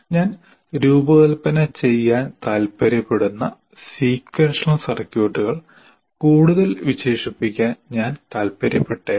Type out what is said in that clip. ഞാൻ രൂപകൽപ്പന ചെയ്യാൻ താൽപ്പര്യപ്പെടുന്ന സീക്വൻഷണൽ സർക്യൂട്ടുകൾ കൂടുതൽ വിശേഷിപ്പിക്കാൻ ഞാൻ താൽപ്പര്യപ്പെട്ടേക്കാം